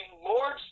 Lord